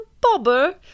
bobber